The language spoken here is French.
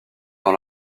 dans